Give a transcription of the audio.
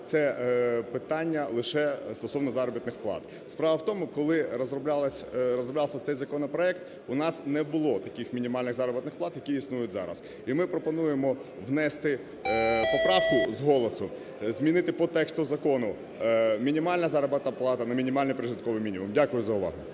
це питання лише стосовно заробітних плат. Справа в тому, коли розроблявся цей законопроект, у нас не було таких мінімальних заробітних плат, які існують зараз. І ми пропонуємо внести поправку з голосу, змінити по тексту закону "мінімальна заробітна плата" на "мінімальний прожитковий мінімум". Дякую за увагу.